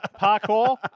Parkour